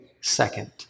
second